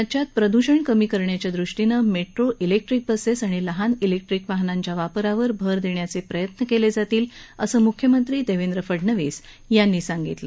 राज्यात प्रदूषण कमी करण्याच्या दृष्टीनं मेट्रो इलेक्ट्रीक बसेस आणि लहान इलेक्ट्रीक वाहनांच्या वापरावर भर देण्यासाठी प्रयत्न केले जातील असं मुख्यमंत्री देवेंद्र फडणवीस यांनी सांगितलं